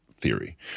theory